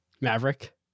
Maverick